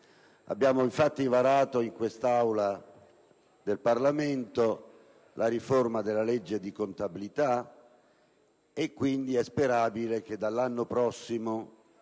Abbiamo infatti varato, in quest'Aula del Parlamento, la riforma della legge di contabilità e quindi è sperabile che, dall'anno prossimo,